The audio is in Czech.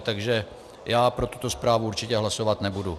Takže já pro tuto zprávu určitě hlasovat nebudu.